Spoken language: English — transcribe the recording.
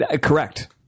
correct